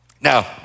Now